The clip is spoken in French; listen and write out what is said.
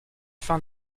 fin